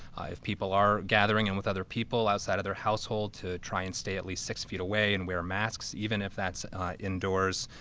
if people are gathering and with other people outside of their household to try and stay at least six feet away and wear a mask even if that's indoors,